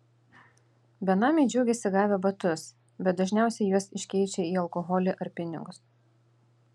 benamiai džiaugiasi gavę batus bet dažniausiai juos iškeičia į alkoholį ar pinigus